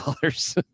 dollars